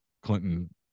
Clinton